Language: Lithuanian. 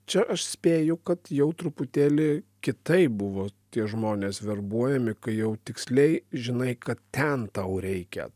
čia aš spėju kad jau truputėlį kitaip buvo tie žmonės verbuojami kai jau tiksliai žinai kad ten tau reikia